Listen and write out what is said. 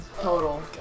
total